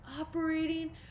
operating